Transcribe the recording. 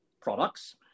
products